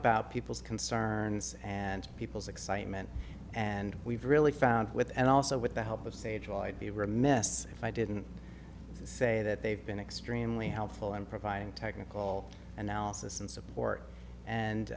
about people's concerns and people's excitement and we've really found with and also with the help of sage i'd be remiss if i didn't say that they've been extremely helpful in providing technical analysis and support and